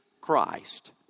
Christ